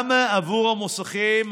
גם עבור המוסכים,